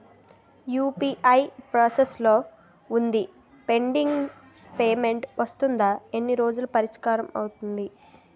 UPI process లో వుంది pending payment వస్తుంది ఎన్ని రోజుల్లో పరిష్కారం అవుతుంది